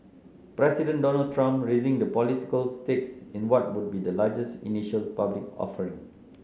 President Donald Trump raising the political stakes in what would be the largest initial public offering